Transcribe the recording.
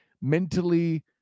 mentally